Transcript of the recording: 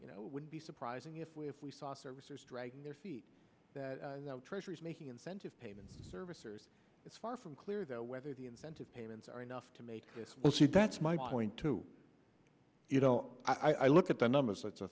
you know would be surprising if we if we saw servicers dragging their feet that treasury's making incentive payments servicers it's far from clear though whether the incentive payments are enough to make this we'll see that's my point to you know i look at the numbers it's a